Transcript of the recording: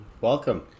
Welcome